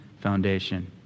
foundation